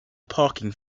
parking